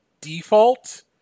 default